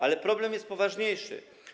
Ale problem jest poważniejszy.